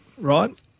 right